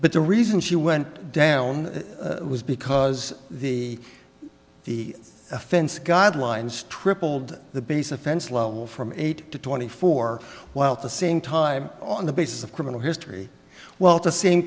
but the reason she went down was because the the offense guidelines tripled the base offense level from eight to twenty four while at the same time on the basis of criminal history well the same